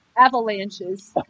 Avalanches